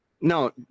No